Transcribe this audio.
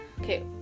Okay